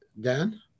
Dan